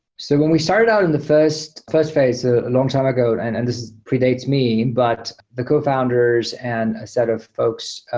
so when we started out in the first first phase a long time ago, and and this predates me, but the cofounders and a set of folks,